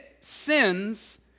sins